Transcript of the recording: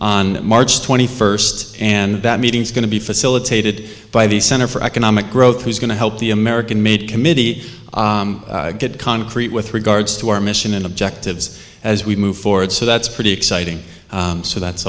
on march twenty first and that meeting is going to be facilitated by the center for economic growth who's going to help the american made committee get concrete with regards to our mission and objectives as we move forward so that's pretty exciting so that's